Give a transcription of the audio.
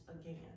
again